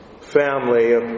family